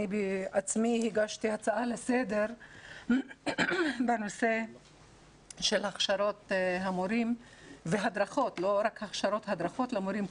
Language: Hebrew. אני בעצמי הגשתי הצעה לסדר בנושא של הכשרות המורים והדרכות למורים,